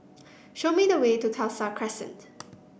show me the way to Khalsa Crescent